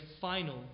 final